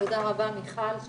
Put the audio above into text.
תודה רבה, מיכל.